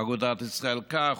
אגודת ישראל כך,